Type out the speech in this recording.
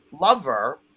lover